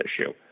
issue